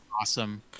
awesome